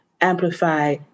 amplify